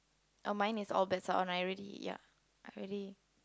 oh mine is all best on I really ya I really